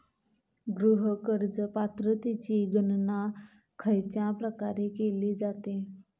गृह कर्ज पात्रतेची गणना खयच्या प्रकारे केली जाते?